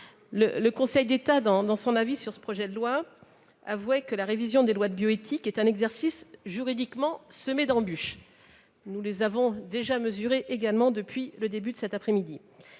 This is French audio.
Le Conseil d'État, dans son avis sur ce texte, avouait que la révision des lois de bioéthique était un exercice juridiquement semé d'embûches. Nous les avons bien mesurées depuis le début de cet après-midi.